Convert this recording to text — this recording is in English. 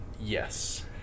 Yes